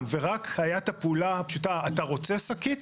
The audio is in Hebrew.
ורק היתה הפעולה הפשוטה: אתה רוצה שקית